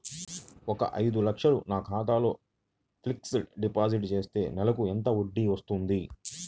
ఒక ఐదు లక్షలు నా ఖాతాలో ఫ్లెక్సీ డిపాజిట్ చేస్తే ఒక నెలకి ఎంత వడ్డీ వర్తిస్తుంది?